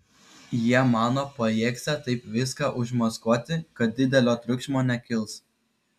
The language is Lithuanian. jie mano pajėgsią taip viską užmaskuoti kad didelio triukšmo nekils